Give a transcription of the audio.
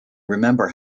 remember